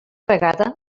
vegada